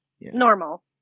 normal